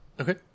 Okay